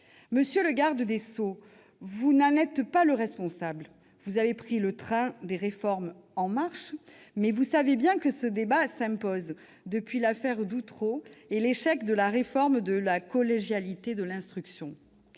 Monsieur le garde des sceaux, vous n'êtes pas responsable de cette situation : vous avez pris le train des réformes en marche. Mais vous savez bien que ce débat s'impose depuis l'affaire d'Outreau et l'échec de la réforme de la collégialité de l'instruction.